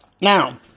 Now